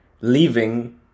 leaving